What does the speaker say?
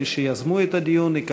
נמנעים.